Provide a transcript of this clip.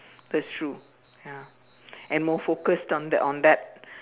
that's true ya and more focused on the on that